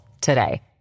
today